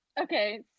okay